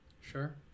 Sure